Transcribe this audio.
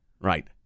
Right